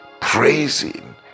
praising